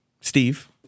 Steve